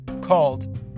called